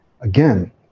Again